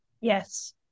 Yes